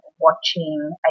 watching